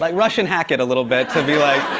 like russian hack it a little bit to be like.